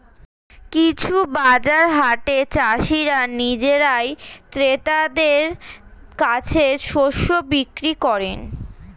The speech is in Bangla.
কিছু বাজার হাটে চাষীরা নিজেরাই ক্রেতাদের কাছে শস্য বিক্রি করেন